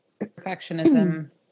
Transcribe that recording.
Perfectionism